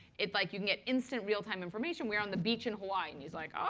it's like you can get instant, real-time information. we're on the beach in hawaii. and he's like, um